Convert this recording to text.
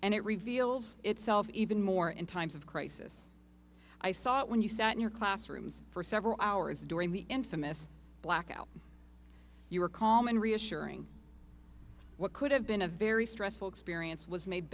and it reveals itself even more in times of crisis i saw it when you sat in your classrooms for several hours during the infamous blackout you were calm and reassuring what could have been a very stressful experience was made